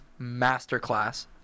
masterclass